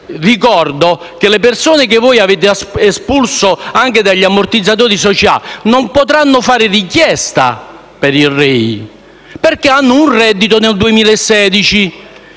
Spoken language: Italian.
Ricordo che le persone che avete espulso dagli ammortizzatori sociali non potranno fare richiesta per il REI perché hanno nel 2016